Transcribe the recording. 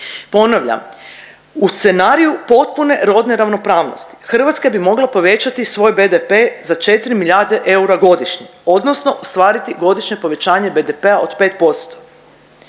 Ponavljam, u scenariju potpune rodne ravnopravnosti Hrvatska bi mogla povećati svoj BDP za 4 milijarde eura godišnje odnosno ostvariti godišnje povećanje BDP-a od